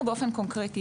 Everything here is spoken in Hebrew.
באופן קונקרטי,